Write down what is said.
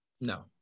No